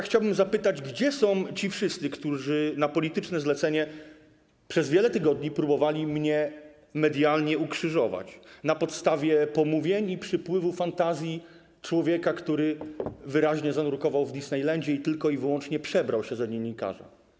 Chciałbym zapytać: Gdzie są ci wszyscy, którzy na polityczne zlecenie przez wiele tygodni próbowali mnie medialnie ukrzyżować na podstawie pomówień i przypływu fantazji człowieka, który wyraźnie zanurkował w Disneylandzie i tylko i wyłącznie przebrał się za dziennikarza?